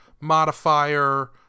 modifier